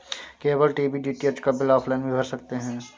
cable TV DTH का bill offline भी भर सकते हैं